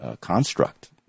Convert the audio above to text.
construct